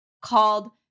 called